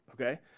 okay